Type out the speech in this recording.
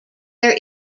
there